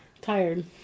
Tired